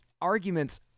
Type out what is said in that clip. arguments